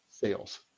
sales